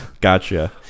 Gotcha